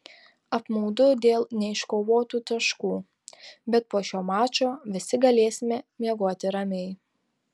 apmaudu dėl neiškovotų taškų bet po šio mačo visi galėsime miegoti ramiai